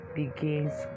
begins